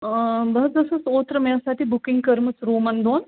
ٲں بہٕ حظ ٲسٕس اوترِ مےٚ ٲس اَتہِ بُکِنٛگ کٔرمٕژ روٗمَن دۄن